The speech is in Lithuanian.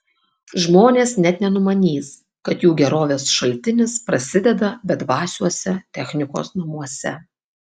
žmonės net nenumanys kad jų gerovės šaltinis prasideda bedvasiuose technikos namuose